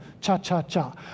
cha-cha-cha